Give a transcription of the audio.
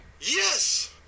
Yes